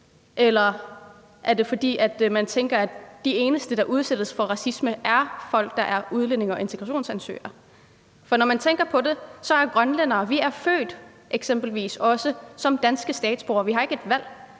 eller er det, fordi man tænker, at de eneste, der udsættes for racisme, er folk, der er udlændinge og asylansøgere? For når man tænker på det, er eksempelvis vi grønlændere også født som danske statsborgere – vi har ikke et valg